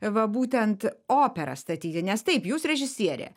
va būtent operą statyti nes taip jūs režisierė